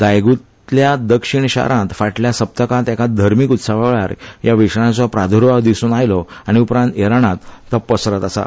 दायगुतल्या दक्षिण शारांत फाटल्या सप्तकांत एका धर्मिक उत्सवावेळार ह्या विशाणुचो प्रार्द्भाव दिसून आयलो आनी उपरांत इराणात तो पसरत आसा